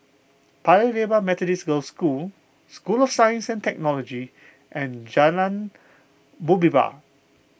Paya Lebar Methodist Girls' School School of Science and Technology and Jalan Muhibbah